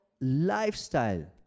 lifestyle